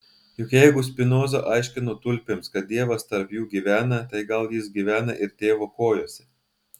juk jeigu spinoza aiškino tulpėms kad dievas tarp jų gyvena tai gal jis gyvena ir tėvo kojose